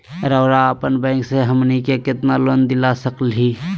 रउरा अपन बैंक से हमनी के कितना लोन दिला सकही?